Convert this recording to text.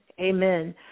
Amen